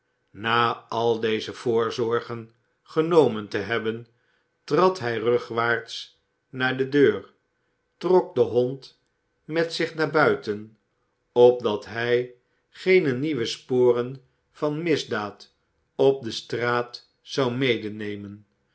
na al deze voorzorgen genomen te hebben trad j hij rugwaarts naar de deur trok den hond met zich naar buiten opdat hij geene nieuwe sporen van misdaad op de straat zou medenemen